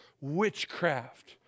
witchcraft